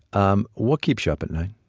um what keeps you up at night?